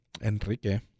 Enrique